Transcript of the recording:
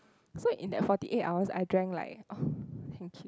so in that forty eight hours I drank like orh